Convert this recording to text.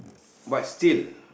but still